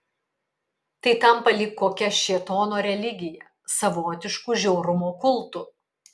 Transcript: tai tampa lyg kokia šėtono religija savotišku žiaurumo kultu